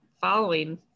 following